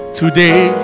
today